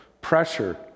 pressure